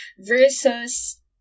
Versus